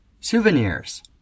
souvenirs